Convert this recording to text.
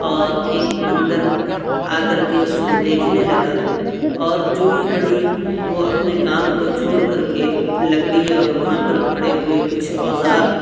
اور ایک بندر آ کر کے اس کو دیکھنے لگا اور جوں ہی بڑھئی وہ اپنے کام کو چھوڑ کر کے لکڑی اور وہاں پر پڑے ہوئے کچھ اوزار